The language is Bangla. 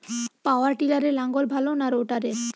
পাওয়ার টিলারে লাঙ্গল ভালো না রোটারের?